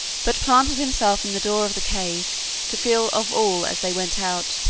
but planted himself in the door of the cave to feel of all as they went out,